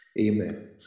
amen